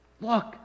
look